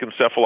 encephalopathy